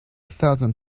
thousand